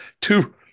two